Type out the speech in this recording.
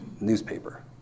newspaper